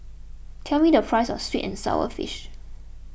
tell me the price of Sweet and Sour Fish